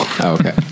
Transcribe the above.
okay